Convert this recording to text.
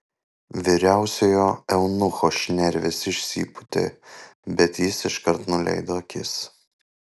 vyriausiojo eunucho šnervės išsipūtė bet jis iškart nuleido akis